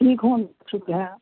ٹھیک ہوں شکر ہے